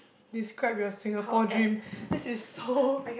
describe your Singapore dream this is so